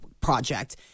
project